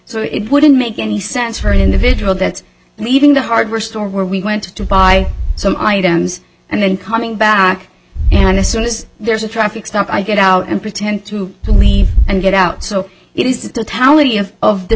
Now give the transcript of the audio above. so it wouldn't make any sense for any individual that's leaving the hardware store where we went to buy some items and then coming back and as soon as there's a traffic stop i get out and pretend to me and get out so it is the